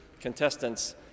contestants